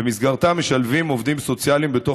שבמסגרתה משלבים עובדים סוציאליים בתוך